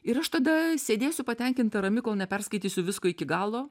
ir aš tada sėdėsiu patenkinta rami kol neperskaitysiu visko iki galo